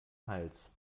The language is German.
hals